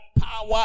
power